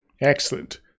Excellent